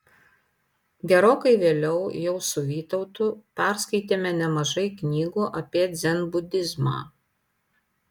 gerokai vėliau jau su vytautu perskaitėme nemažai knygų apie dzenbudizmą